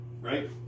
right